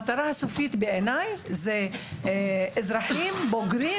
המטרה הסופית בעיני היא אזרחים בוגרים,